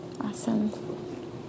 Awesome